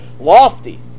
lofty